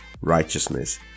righteousness